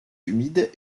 humides